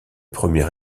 premier